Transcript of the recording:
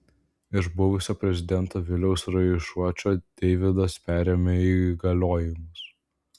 iš buvusio prezidento viliaus raišuočio deividas perėmė įgaliojimus